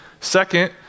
Second